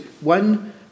One